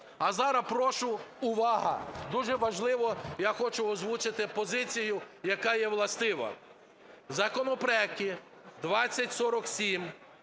А зараз прошу, увага, дуже важливо! Я хочу озвучити позицію, яка є властива. У законопроекті 2047